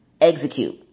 execute